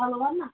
हलो भन् न